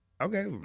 Okay